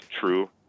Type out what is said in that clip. true